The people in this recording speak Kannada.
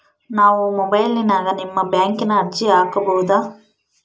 ನಾವು ಮೊಬೈಲಿನ್ಯಾಗ ನಿಮ್ಮ ಬ್ಯಾಂಕಿನ ಅರ್ಜಿ ಹಾಕೊಬಹುದಾ?